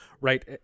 Right